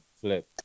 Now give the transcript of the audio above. Flip